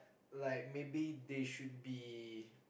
like maybe they should be